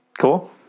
Cool